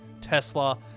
tesla